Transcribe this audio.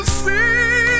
see